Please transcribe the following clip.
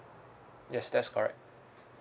yes that's correct